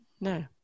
no